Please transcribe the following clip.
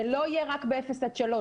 זה לא יהיה רק באפס עד שלוש.